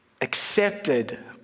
accepted